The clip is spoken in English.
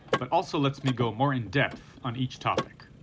but also lets me go more in depth on each topic.